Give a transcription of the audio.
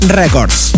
records